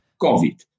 COVID